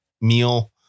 meal